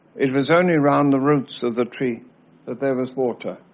it was only around the roots of the tree that there was water.